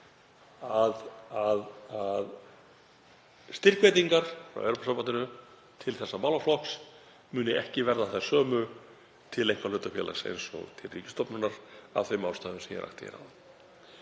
að styrkveitingar frá Evrópusambandinu til þessa málaflokks muni ekki verða þær sömu til einkahlutafélags og til ríkisstofnunar af þeim ástæðum sem ég rakti áðan.